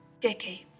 Decades